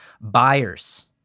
Buyers